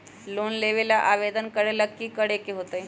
Loan लेबे ला आवेदन करे ला कि करे के होतइ?